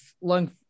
Lung